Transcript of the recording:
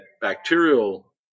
bacterial